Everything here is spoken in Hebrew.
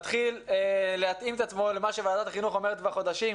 מתחיל להתאים את עצמו למה שוועדת החינוך אומרת כבר חודשים,